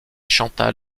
chantal